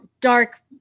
dark